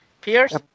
Pierce